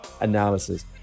analysis